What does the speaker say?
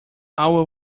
all